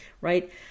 right